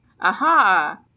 Aha